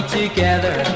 together